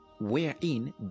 wherein